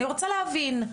אני רוצה להבין,